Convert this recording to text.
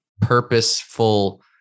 purposeful